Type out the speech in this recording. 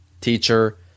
teacher